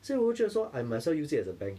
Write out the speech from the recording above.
所以我是觉得说 I might as well use it as a bank